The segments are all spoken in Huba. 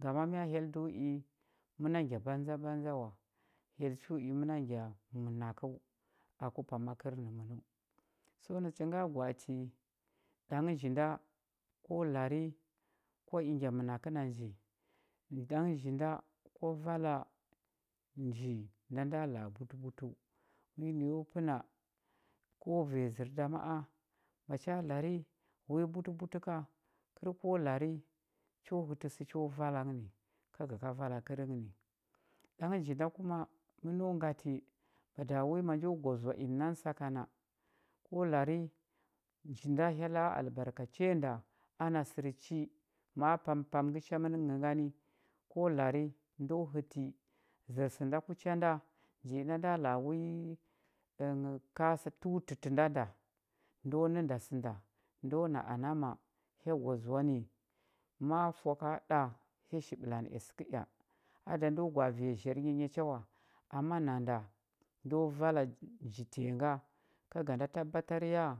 Ngama mya hyell do i məna ngya banza banza wa hyell cho i məna ngya mənakəu ku pama kərnəmənəu so nacha nga gwa ati ɗang nji nda ko lari kwa i ngya mənakə na nji ɗang nji nda o vala nji nda nda la a butəbutəu wi nə yo pə na ko vanya zər da ma a macha lari wi butəbutə ka kəl ko lari cho hətə sə cho vala nghə ni ka ga ka vala kərnghə ni ɗang nji da kuma məno ngati bada wi ma njo gwa zoa inə nanə sakana ko lari nji hyella albarkace da ana sər chi ma a pampam ngə cha mən nə gani ko lari ndo həti zər sə nda ku cha nda nji nda da la a wi ənghəu kas təutə tə nda nda ndo nə da sə nda ndo na ana ma hya gwa zoa ni ma fwaka ɗa hya shi ɓəlandə ea səkə ea a da ndo gwa a vanya zhar nya nya cha wa ama nanda ndo vala nji tanyi nga ka ga nda tabbatar ya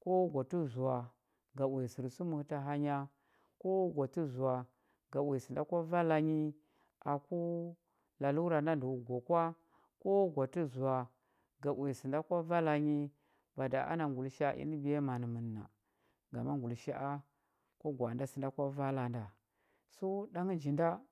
kowa gwa tə zoa ga uya sər hətə hanyi kowa gwa tə zoa ga uya sə nda kwa vala nyi aku lalura nda ndəo gwa kwa kowa gwa tə oa ga uya sə nda kwa vala nyi bada ana ngulusha a inə biyaman na ngama ngulisha a kwa gwa a nda sə nda kwa vala da so ɗang nji nda